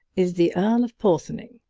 is the earl of porthoning.